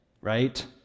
right